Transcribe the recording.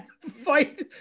fight